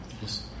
Yes